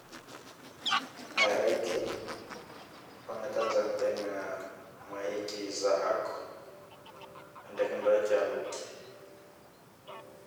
araiky fagnatanjahategna maheky zahako, idraikidraiky anoky